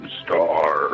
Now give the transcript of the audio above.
star